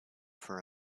for